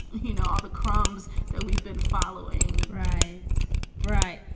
you know, all the crumbs that we've been following. right right.